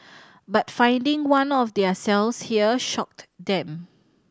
but finding one of their cells here shocked them